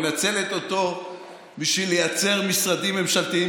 מנצלת אותו בשביל לייצר משרדים ממשלתיים